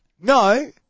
No